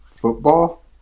Football